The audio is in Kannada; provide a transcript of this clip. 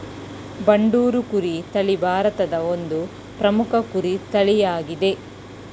ಬಂಡೂರು ಕುರಿ ತಳಿ ಭಾರತದ ಒಂದು ಪ್ರಮುಖ ಕುರಿ ತಳಿಯಾಗಿದೆ